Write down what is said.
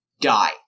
die